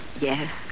Yes